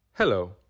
Hello